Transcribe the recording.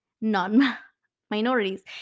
non-minorities